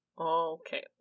Okay